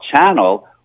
channel